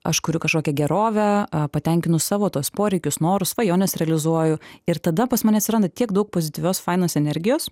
aš kuriu kažkokią gerovę patenkinu savo tuos poreikius norus svajones realizuoju ir tada pas mane atsiranda tiek daug pozityvios fainos energijos